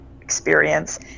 experience